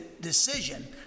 decision